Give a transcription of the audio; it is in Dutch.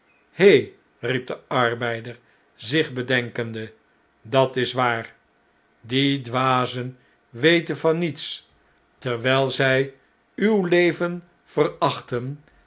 he riep de arbeider zich bedenkende dat is waar die dwazen weten van niets terwjjl zjj uw leven verachten